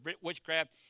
witchcraft